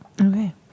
Okay